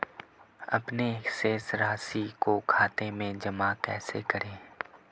अपने शेष राशि को खाते में जमा कैसे करें?